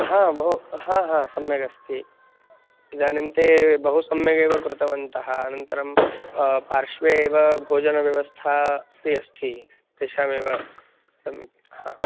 हा बहु हा हा सम्यगस्ति इदानीं ते बहु सम्यगेव कृतवन्तः अनन्तरं पार्श्वे एव भोजनव्यवस्थापि अस्ति तेषामेव तं हा